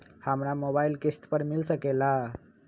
हमरा मोबाइल किस्त पर मिल सकेला?